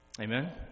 Amen